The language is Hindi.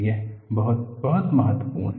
यह बहुत बहुत महत्वपूर्ण है